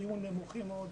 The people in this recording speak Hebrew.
היו נמוכים מאוד.